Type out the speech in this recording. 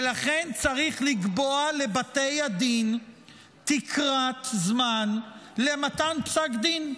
ולכן צריך לקבוע לבתי הדין תקרת זמן למתן פסק דין,